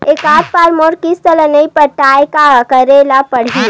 एकात बार मोर किस्त ला नई पटाय का करे ला पड़ही?